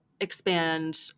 expand